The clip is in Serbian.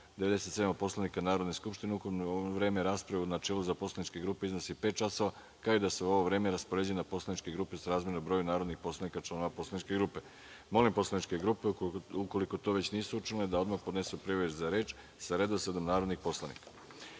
97. Poslovnika Narodne skupštine, ukupno vreme rasprave u načelu za poslaničke grupe iznosi pet časova, kao i da se ovo vreme raspoređuje na poslaničke grupe srazmerno broju narodnih poslanika članova poslaničke grupe. Molim poslaničke grupe, ukoliko to nisu već učinile, da odmah podnesu prijave za reč sa redosledom narodnih poslanika. Saglasno